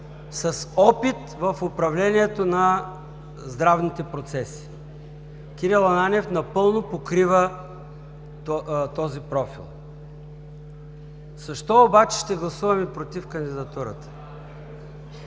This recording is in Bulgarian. с опит в управлението на здравните процеси. Кирил Ананиев напълно покрива този профил. Защо обаче ще гласуваме „против“ кандидатурата?